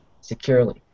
securely